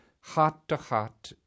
heart-to-heart